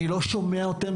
אני לא שומע אתכם,